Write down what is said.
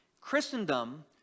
Christendom